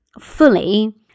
fully